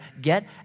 Get